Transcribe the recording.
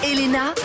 Elena